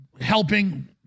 helping